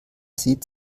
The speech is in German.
sieht